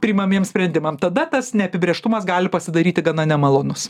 priimamiems sprendimam tada tas neapibrėžtumas gali pasidaryti gana nemalonus